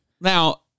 Now